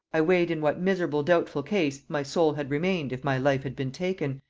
i weighed in what miserable doubtful case my soul had remained if my life had been taken,